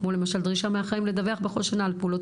כמו למשל דרישה מהאחראים לדווח בכל שנה על פעולות